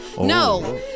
No